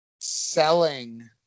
selling